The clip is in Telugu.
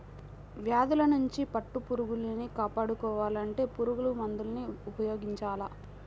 వ్యాధుల్నించి పట్టుపురుగుల్ని కాపాడుకోవాలంటే పురుగుమందుల్ని ఉపయోగించాల